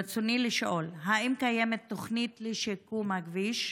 רצוני לשאול: 1. האם קיימת תוכנית לשיקום הכביש?